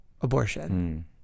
abortion